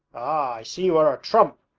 i see you are a trump!